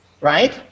Right